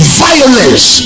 violence